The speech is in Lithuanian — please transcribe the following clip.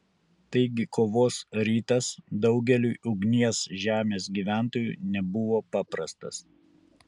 taigi kovos rytas daugeliui ugnies žemės gyventojų nebuvo paprastas